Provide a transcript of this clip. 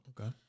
okay